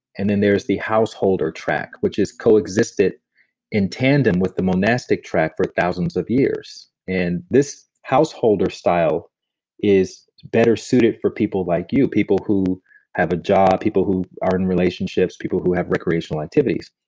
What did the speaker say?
and then there's the household or track, which is coexisted in tandem with the monastic track for thousands of years and this this household or style is better suited for people like you. people who have a job people who are in relationships, people who have recreational activities.